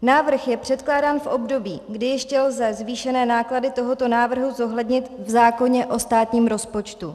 Návrh je předkládán v období, kdy ještě lze zvýšené náklady tohoto návrhu zohlednit v zákoně o státním rozpočtu.